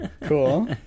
Cool